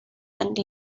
and